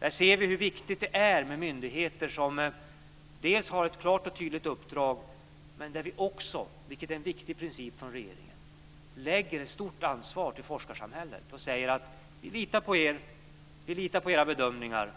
Här ser vi hur viktigt det är med myndigheter som har ett klart och tydligt uppdrag. Men det är en viktig princip från regeringen att vi också lägger stort ansvar på forskarsamhället och säger: Vi litar på er och på era bedömningar,